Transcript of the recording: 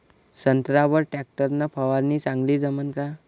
संत्र्यावर वर टॅक्टर न फवारनी चांगली जमन का?